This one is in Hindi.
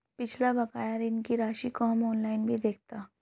पिछला बकाया ऋण की राशि को हम ऑनलाइन भी देखता